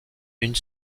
une